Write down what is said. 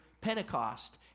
Pentecost